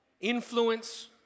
influence